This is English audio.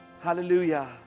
Hallelujah